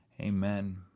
amen